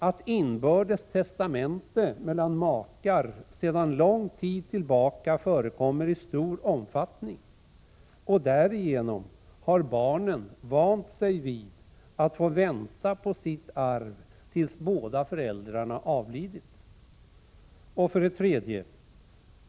Att inbördes testamente mellan makar sedan lång tid tillbaka förekommer i stor omfattning och barnen därigenom har vant sig vid att få vänta på sitt arv tills båda föräldrarna avlidit. 3.